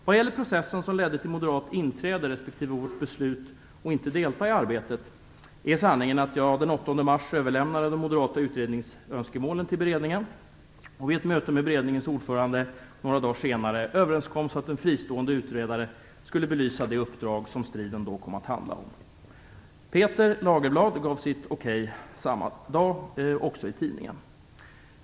Vad gäller den process som ledde till moderat inträde respektive vårt beslut att inte delta i arbetet är sanningen den att jag den 8 mars överlämnade de moderata utredningsönskemålen till beredningen. Vid ett möte med beredningens ordförande några dagar senare överenskoms att en fristående utredare skulle belysa det uppdrag som striden sedan kom att handla om. Peter Lagerblad gav sitt okej samma dag, också genom pressen.